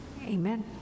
amen